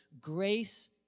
grace